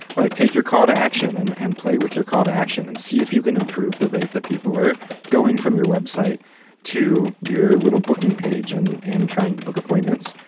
like, take your call to action and and play with your call to action and see if you can improve the rate that people are going from your website to your little booking page and and trying to book appointments.